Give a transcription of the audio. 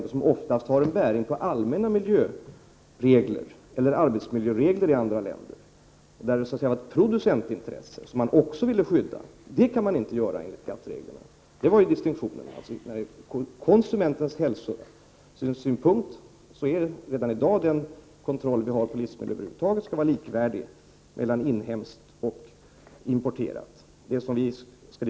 Dessa har oftast en bäring på de allmänna arbetsmiljöreglerna i vederbörande land, och där finns ett producentintresse som man också vill skydda. Det kan man inte göra enligt GATT-reglerna. Det är distinktionen. Konsumentens hälsa beaktas redan i dag i den kontroll vi har, där alltså reglerna skall vara likvärdiga för inhemska och importerade livsmedel.